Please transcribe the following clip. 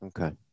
Okay